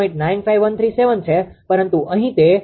95137 છે પરંતુ અહીં તે 0